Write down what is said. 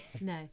no